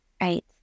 Right